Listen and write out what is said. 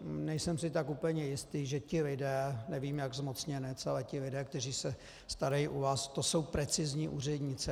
Nejsem si tak úplně jistý, že ti lidé, nevím, jak zmocněnec, ale ti lidé, kteří se starají u vás, to jsou precizní úřednice.